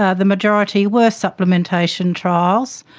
ah the majority were supplementation trials,